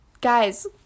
Guys